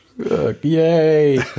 yay